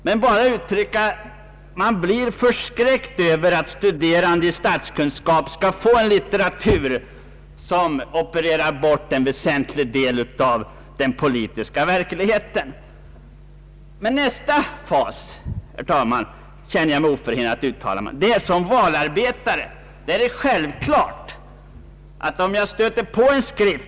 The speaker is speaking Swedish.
Men jag vill säga att man blir förskräckt över att de studerande i statskunskap skall få en litteratur, som opererar bort en väsentlig del av den politiska verkligheten. Nästa fas, herr talman, känner jag mig oförhindrad att uttala mig om. Det är då lätt för mig att återknyta till det ämne som jag hade tänkt tala om här i dag, nämligen konsumentpolitiken.